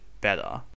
better